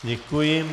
Děkuji.